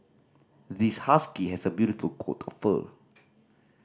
this husky has a beautiful coat of fur